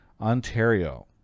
Ontario